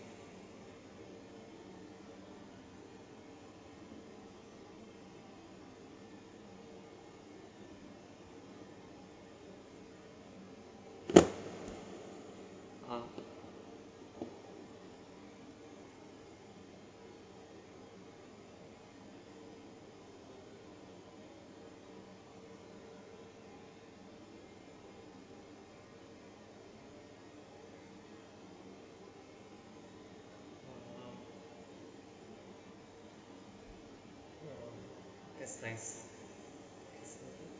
ah just thanks